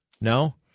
No